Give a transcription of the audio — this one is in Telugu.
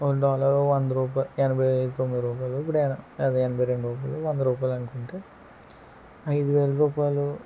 ఒక డాలర్ వంద రూపాయలు ఎనభై తొమ్మిది రూపాయలు ఇప్పుడు అది ఎనభై రెండు రూపాయలు వంద రూపాయలు అనుకుంటే ఐదు వేల రూపాయలు